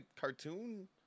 cartoon